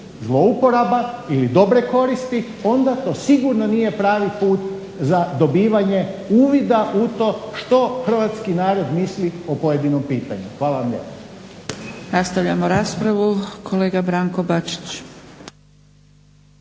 zlouporaba ili dobre koristi onda to sigurno nije pravi put za dobivanje uvida u to što hrvatski narod misli o pojedinom pitanju. Hvala vam lijepo.